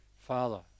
Father